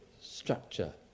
structure